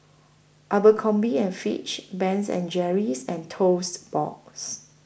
Abercrombie and Fitch Ben and Jerry's and Toast Box